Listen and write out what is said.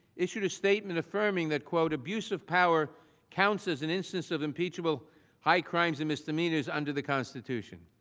issued a statement affirming that quote, abuse of power counts as an instance of impeachable high crimes and misdemeanors, under the constitution.